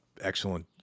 excellent